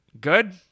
Good